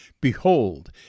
Behold